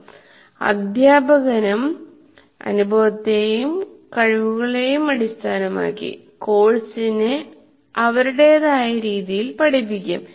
ഓരോ അധ്യാപകനും അനുഭവത്തെയും കഴിവുകളെയും അടിസ്ഥാനമാക്കി കോഴ്സിനെ അവരുടേതായ രീതിയിൽ പഠിപ്പിക്കും